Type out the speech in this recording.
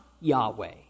Yahweh